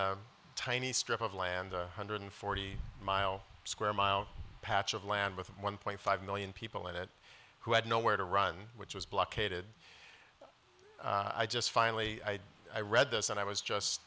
a tiny strip of land a hundred forty mile square mile patch of land with one point five million people in it who had nowhere to run which was blockaded i just finally i read this and i was just